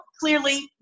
Clearly